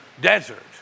desert